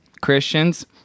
Christians